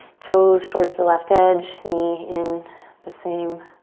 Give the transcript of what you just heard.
toes towards the left edge, knee in the same